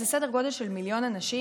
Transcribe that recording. זה סדר גודל של מיליון אנשים,